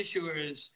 issuers